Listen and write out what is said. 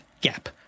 gap